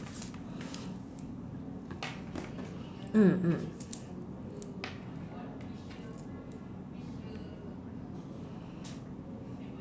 mm mm